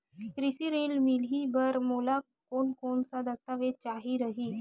कृषि ऋण मिलही बर मोला कोन कोन स दस्तावेज चाही रही?